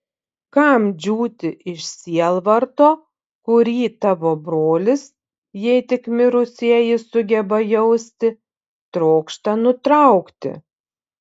kam džiūti iš sielvarto kurį tavo brolis jei tik mirusieji sugeba jausti trokšta nutraukti